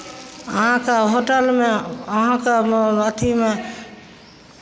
अहाँके होटलमे अहाँके अथीमे